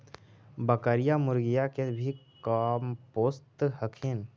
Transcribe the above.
बकरीया, मुर्गीया के भी कमपोसत हखिन?